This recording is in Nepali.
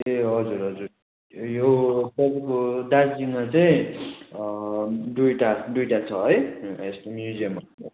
ए हजुर हजुर यो तपाईँको दार्जिलिङमा चाहिँ दुईवटा दुईवटा छ है यस्तो म्युजियमहरू चाहिँ